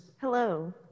Hello